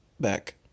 Back